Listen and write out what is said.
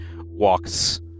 walks